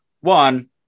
one